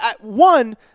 one